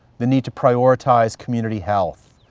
the need to prioritize community health.